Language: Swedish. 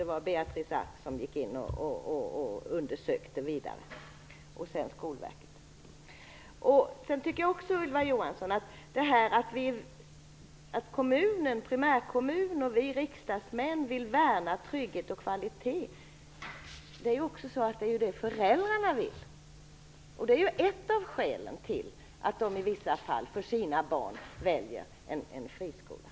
Det var Beatrice Ask som gick in och undersökte det vidare och sedan Skolverket. Det sades att primärkommunen och vi riksdagsmän vill värna trygghet och kvalitet. Det är också det föräldrarna vill. Det är ett av skälen till att de i vissa fall för sina barn väljer en friskola.